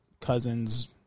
cousin's